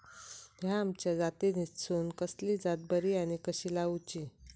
हया आम्याच्या जातीनिसून कसली जात बरी आनी कशी लाऊची?